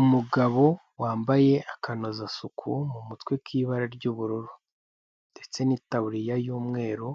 Umugabo wambaye akanozasuku mu mutwe k'ibara ry'ubururu ndetse n'itaburiya y'umweru,